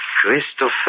Christopher